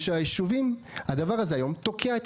זה אומר שהמצב הדמוגרפי פנימי שלו הוא מצב רע.